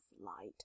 light